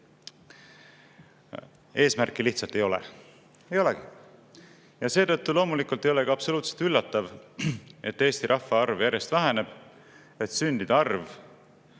eesmärki lihtsalt ei ole. Ei olegi. Ja seetõttu loomulikult ei ole absoluutselt üllatav, et Eesti rahvaarv järjest väheneb, et sündide arv